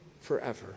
forever